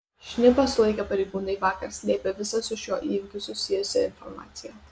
šnipą sulaikę pareigūnai vakar slėpė visą su šiuo įvykiu susijusią informaciją